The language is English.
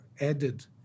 added